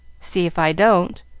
see if i don't!